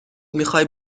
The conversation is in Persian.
میخوای